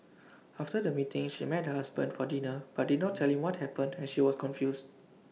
after the meeting she met her husband for dinner but did not tell him what happened as she was confused